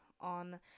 on